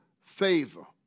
favor